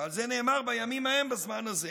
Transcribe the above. ועל זה נאמר: בימים ההם, בזמן הזה.